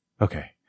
okay